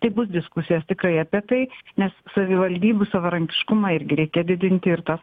tai bus diskusijos tikrai apie tai nes savivaldybių savarankiškumą irgi reikia didinti ir tas